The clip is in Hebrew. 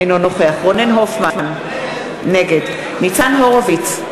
אינו נוכח רונן הופמן, נגד ניצן הורוביץ,